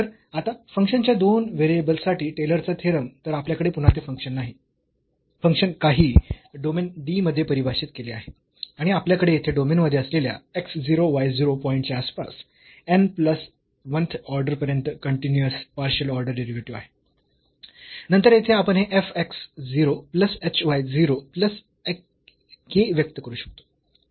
तर आता फंक्शन च्या दोन व्हेरिएबल्स साठी टेलरचा थेरम तर आपल्याकडे पुन्हा ते फंक्शन काही डोमेन D मध्ये परिभाषित केले आहे आणि आपल्याकडे येथे डोमेन मध्ये असलेल्या x 0 y 0 पॉईंटच्या आसपास n प्लस 1th ऑर्डर पर्यंत कन्टीन्यूअस पार्शियल ऑर्डर डेरिव्हेटिव्ह आहे नंतर येथे आपण हे f x 0 plus h y 0 plus k व्यक्त करू शकतो